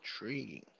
Intriguing